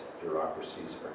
bureaucracies